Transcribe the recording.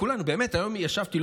באמת היום ישבתי,